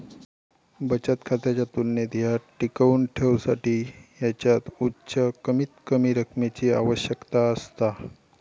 बचत खात्याच्या तुलनेत ह्या टिकवुन ठेवसाठी ह्याच्यात उच्च कमीतकमी रकमेची आवश्यकता असता